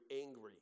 angry